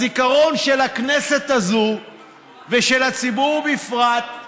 הזיכרון של הכנסת הזאת ושל הציבור בפרט,